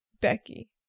Becky